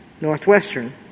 Northwestern